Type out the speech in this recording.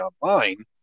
online